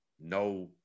No